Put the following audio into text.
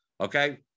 okay